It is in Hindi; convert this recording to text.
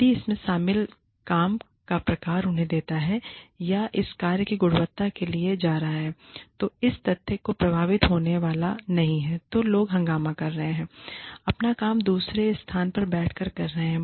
यदि इसमें शामिल काम का प्रकार उन्हें देता है या इस कार्य की गुणवत्ता के लिए जा रहा है तो इस तथ्य से प्रभावित होने वाला नहीं है कि लोग हंगामा कर रहे हैं अपना काम दूसरे स्थान पर बैठे कर रहे हैं